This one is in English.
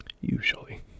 Usually